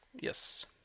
Yes